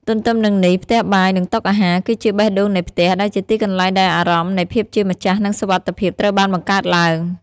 ទន្ទឹមនឹងនេះ ផ្ទះបាយ និងតុអាហារ គឺជា បេះដូងនៃផ្ទះ ដែលជាទីកន្លែងដែលអារម្មណ៍នៃភាពជាម្ចាស់ និង សុវត្ថិភាព ត្រូវបានបង្កើតឡើង។